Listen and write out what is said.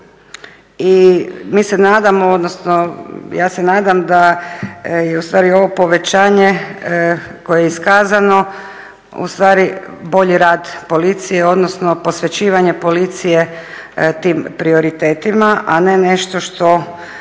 I mi se nadamo, odnosno ja se nadam da je ustvari ovo povećanje koje je iskazano ustvari bolji rad policije, odnosno posvećivanje policije tim prioritetima, a ne nešto što